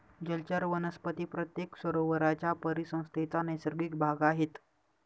जलचर वनस्पती प्रत्येक सरोवराच्या परिसंस्थेचा नैसर्गिक भाग आहेत